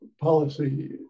policy